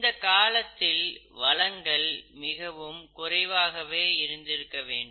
இந்த காலத்தில் வளங்கள் மிகவும் குறைவாகவே இருந்திருக்க வேண்டும்